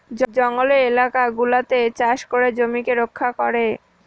জঙ্গলের এলাকা গুলাতে চাষ করে জমিকে রক্ষা করে